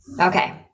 Okay